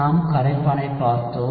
நாம் கரைப்பானை பார்த்தோம்